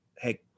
hey